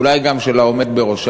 ואולי גם של העומד בראשה.